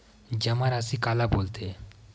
जमा राशि काला बोलथे?